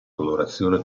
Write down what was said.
colorazione